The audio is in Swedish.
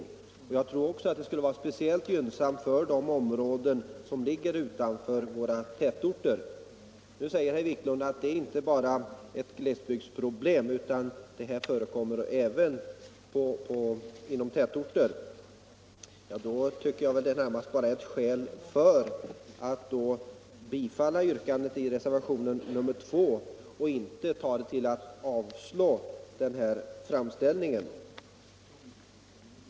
Jag tror också att ett beslut enligt vårt förslag skulle vara speciellt gynnsamt för de områden som ligger utanför tätorterna. Herr Wiklund säger att problemet med deltagarantalet inte bara är ett glesbygdsproblem utan att det förekommer även inom tätorter. Det är väl i så fall ytterligare ett skäl att bifalla yrkandet i reservationen 2.